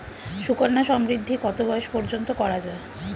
সুকন্যা সমৃদ্ধী কত বয়স পর্যন্ত করা যায়?